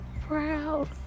proud